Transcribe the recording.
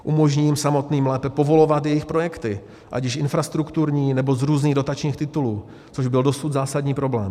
Umožní jim samotným lépe povolovat jejich projekty, ať již infrastrukturní, nebo z různých dotačních titulů, což byl dosud zásadní problém.